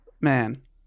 Man